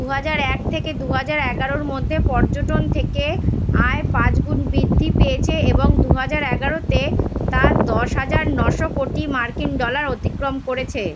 দু হাজার এক থেকে দু হাজার এগারোর মধ্যে পর্যটন থেকে আয় পাঁচ গুণ বৃদ্ধি পেয়েছে এবং দু হাজার এগারোতে তা দশ হাজার নশো কোটি মার্কিন ডলার অতিক্রম করেছে